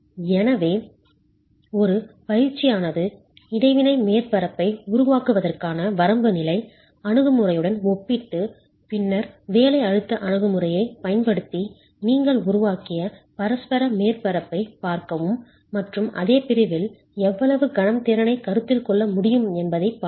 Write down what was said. எனவே ஒரு பயிற்சியானது இடைவினை மேற்பரப்பை உருவாக்குவதற்கான வரம்பு நிலை அணுகுமுறையுடன் ஒப்பிட்டு பின்னர் வேலை அழுத்த அணுகுமுறையைப் பயன்படுத்தி நீங்கள் உருவாக்கிய பரஸ்பர மேற்பரப்பைப் பார்க்கவும் மற்றும் அதே பிரிவில் எவ்வளவு கணம் திறனைக் கருத்தில் கொள்ள முடியும் என்பதைப் பார்க்கவும்